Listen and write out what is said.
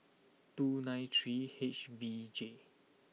two nine three H V J